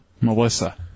Melissa